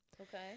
Okay